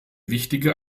wichtige